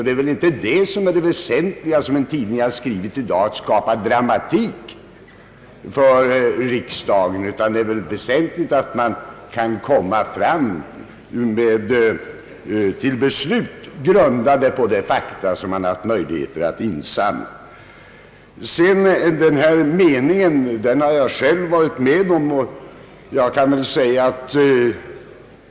Det väsentliga är väl inte — som en tidning har skrivit i dag — att skapa dramatik i riksdagen, utan det väsentliga är väl att man kan komma fram till beslut grundade på de fakta som man haft möjlighet att insamla. Den där nya meningen i år har jag själv varit med om att formulera.